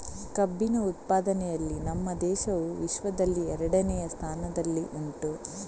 ಕಬ್ಬಿನ ಉತ್ಪಾದನೆಯಲ್ಲಿ ನಮ್ಮ ದೇಶವು ವಿಶ್ವದಲ್ಲಿ ಎರಡನೆಯ ಸ್ಥಾನದಲ್ಲಿ ಉಂಟು